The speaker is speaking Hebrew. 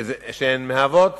שמהוות